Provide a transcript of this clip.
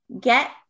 get